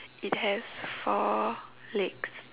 it has four legs